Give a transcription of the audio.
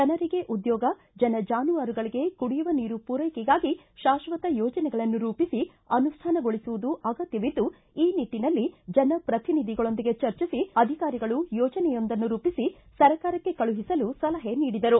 ಜನರಿಗೆ ಉದ್ಯೋಗ ಜನ ಜಾನುವಾರುಗಳಿಗೆ ಕುಡಿಯುವ ನೀರು ಪೂರೈಕೆಗಾಗಿ ಶಾಶ್ವತ ಯೋಜನೆಗಳನ್ನು ರೂಪಿಸಿ ಅನುಷ್ಠಾನಗೊಳಿಸುವುದು ಅಗತ್ವವಿದ್ದು ಈ ನಿಟ್ಟನಲ್ಲಿ ಜನಪ್ರತಿನಿಧಿಗಳೊಂದಿಗೆ ಚರ್ಚಿಸಿ ಅಧಿಕಾರಿಗಳು ಯೋಜನೆಯೊಂದನ್ನು ರೂಪಿಸಿ ಸರ್ಕಾರಕ್ಕೆ ಕಳುಹಿಸಲು ಸಲಹೆ ನೀಡಿದರು